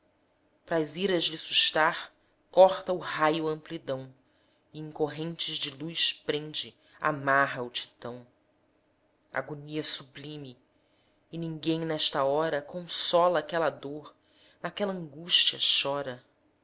pra as iras lhe sustar corta o raio a amplidão e em correntes de luz prende amarra o titão agonia sublime e ninguém nesta hora consola aquela dor naquela angústia chora